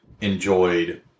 enjoyed